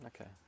Okay